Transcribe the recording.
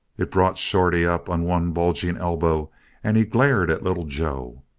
it brought shorty up on one bulging elbow and he glared at little joe.